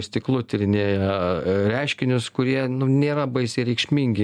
stiklu tyrinėja reiškinius kurie nėra baisiai reikšmingi